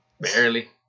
Barely